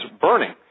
burning